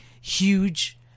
huge